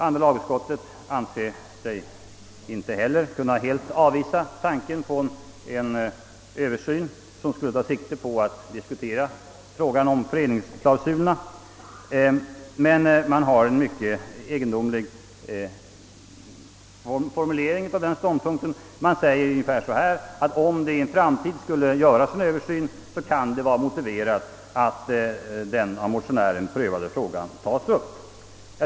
Andra lagutskottet anser sig inte heller helt kunna avvisa tanken på en översyn framför allt av föreningsklausulerna, men man har formutlerat den ståndpunkten mycket egendomligt. Man säger att om det i en framtid skall göras en översyn kan det vara motiverat att den av motionären prövade frågan tas upp.